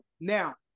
Now